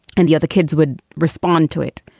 and the other kids would respond to it,